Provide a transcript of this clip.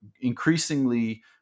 increasingly